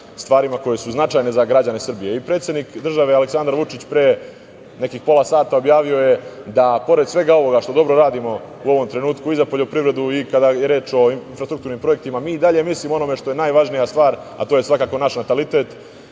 stvarima koje su značajne za građane Srbije. Predsednik države Aleksandar Vučić pre nekih pola sata objavio je da i pored svega ovoga što dobro radimo u ovom trenutku i za poljoprivredu i kada je reč o infrastrukturnim projektima, mi i dalje mislimo o onome što je najvažnija stvar, a to je svakako naš natalitet.